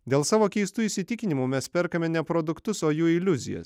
dėl savo keistų įsitikinimų mes perkame ne produktus o jų iliuzijas